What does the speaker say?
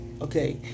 Okay